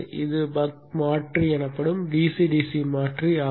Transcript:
இது பக் மாற்றி எனப்படும் DC DC மாற்றி ஆகும்